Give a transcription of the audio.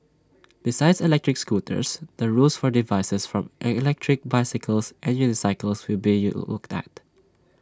besides electric scooters the rules for devices from electric bicycles and unicycles will be looked at